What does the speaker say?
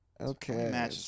Okay